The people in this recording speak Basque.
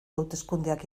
hauteskundeak